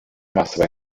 массовой